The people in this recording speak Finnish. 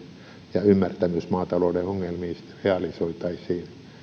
ja ymmärtämys maatalouden ongelmista realisoitaisiin